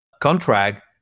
contract